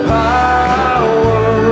power